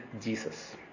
Jesus